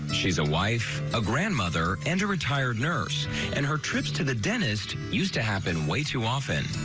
she's a wife, ah grandmother and retired nurse and her trips to the dentist used to happen way too often.